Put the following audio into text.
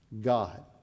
god